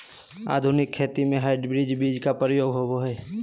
आधुनिक खेती में हाइब्रिड बीज के प्रयोग होबो हइ